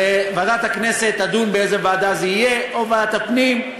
וועדת הכנסת תדון באיזו ועדה זה יהיה: או ועדת הפנים,